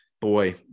boy